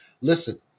Listen